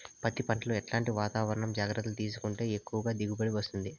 పత్తి పంట లో ఎట్లాంటి వాతావరణ జాగ్రత్తలు తీసుకుంటే ఎక్కువగా దిగుబడి వస్తుంది?